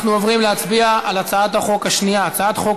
אנחנו עוברים להצביע על הצעת החוק השנייה: הצעת חוק